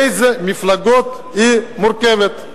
מאיזה מפלגות היא מורכבת,